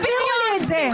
תסבירו לי את זה.